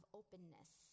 openness